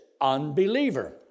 unbeliever